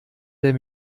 der